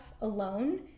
alone